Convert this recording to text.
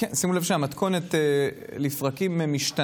חברי הכנסת, אקרא בפניכם את נוסח הצהרת